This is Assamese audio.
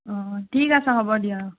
অঁ ঠিক আছে হ'ব দিয়া